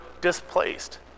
displaced